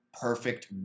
perfect